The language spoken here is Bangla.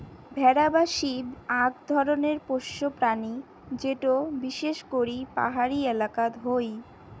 ভেড়া বা শিপ আক ধরণের পোষ্য প্রাণী যেটো বিশেষ করি পাহাড়ি এলাকাত হই